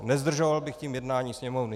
Nezdržoval bych tím jednání Sněmovny.